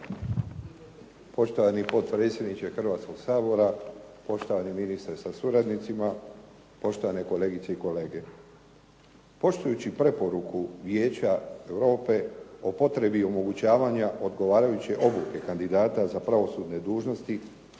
Poštovani potpredsjedniče Hrvatskoga sabora, poštovani ministre sa suradnicima, poštovane kolegice i kolege. Poštujući preporuku Vijeća Europe o potrebi omogućavanja odgovarajuće obuke kandidata za pravosudne dužnosti,